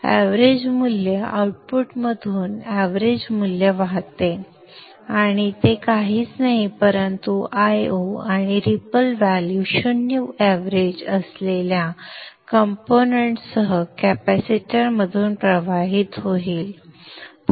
average मूल्य आउटपुटमधून average मूल्य वाहते आणि ते काहीच नाही परंतु Io आणि रिपल व्हॅल्यू 0 एव्हरेज असलेल्या कंपोनेंट्स सह कॅपेसिटरमधून प्रवाहित होईल